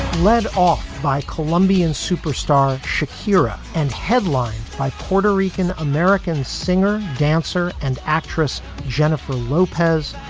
led off by colombian superstar shakira and headlined by puerto rican american singer, dancer and actress jennifer lopez,